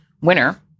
Winner